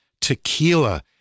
Tequila